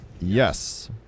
Yes